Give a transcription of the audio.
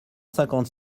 cinquante